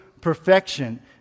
perfection